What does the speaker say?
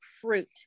fruit